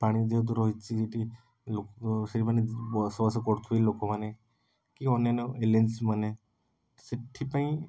ପାଣି ଯେହେତୁ ରହିଛି ସେଇଠି ଲୋକ ସେଇମାନେ ବସବାସ କରୁଥିବେ ଲୋକମାନେ କି ଅନ୍ୟାନ୍ୟ ଏଲିଏନ୍ସମାନେ ସେଥିପାଇଁ